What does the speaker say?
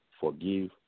Forgive